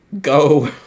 go